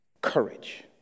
Courage